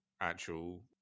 actual